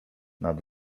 nad